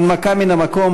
הנמקה מן המקום.